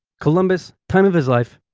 columbus, time of his life,